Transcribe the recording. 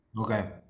Okay